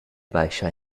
baixa